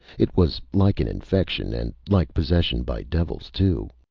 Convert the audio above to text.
it was like an infection, and like possession by devils, too.